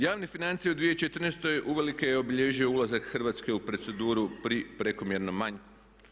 Javne financije u 2014. uvelike je obilježio ulazak Hrvatske u proceduru pri prekomjernom manjku.